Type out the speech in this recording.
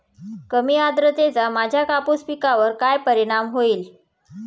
कमी आर्द्रतेचा माझ्या कापूस पिकावर कसा परिणाम होईल?